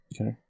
Okay